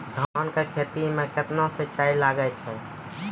धान की खेती मे कितने सिंचाई लगता है?